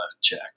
check